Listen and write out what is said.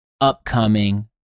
upcoming